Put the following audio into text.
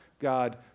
God